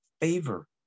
favor